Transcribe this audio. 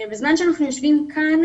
בזמן שאנחנו יושבים כאן,